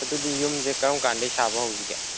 ꯑꯗꯨꯗꯤ ꯌꯨꯝꯁꯦ ꯀꯔꯝ ꯀꯥꯟꯗꯒꯤ ꯁꯥꯕ ꯍꯧꯁꯤꯒꯦ